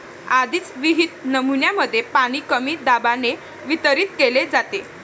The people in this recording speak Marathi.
आधीच विहित नमुन्यांमध्ये पाणी कमी दाबाने वितरित केले जाते